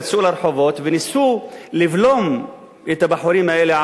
יצאו לרחובות וניסו לבלום את הבחורים האלה,